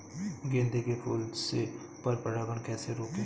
गेंदे के फूल से पर परागण कैसे रोकें?